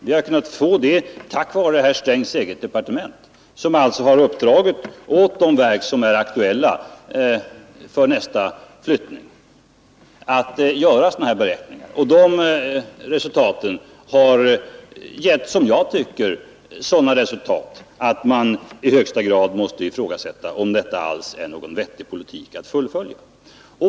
Vi har kunnat få det tack vare herr Strängs eget departement, som uppdragit åt de verk som är aktuella för nästa flyttning att göra sådana beräkningar. Resultaten av dessa är, tycker jag, sådana att man i högsta grad måste ifrågasätta om detta alls är någon vettig politik att fullfölja.